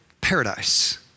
paradise